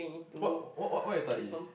what what what you study